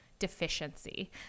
deficiency